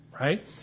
right